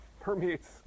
permeates